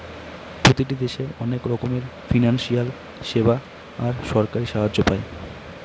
প্রতিটি দেশে অনেক রকমের ফিনান্সিয়াল সেবা আর সরকারি সাহায্য পায়